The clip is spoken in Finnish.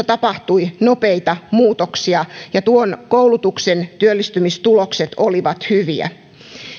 tapahtui nopeita muutoksia ja tuon koulutuksen työllistymistulokset olivat hyviä